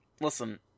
listen